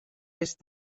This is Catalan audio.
est